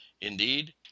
indeed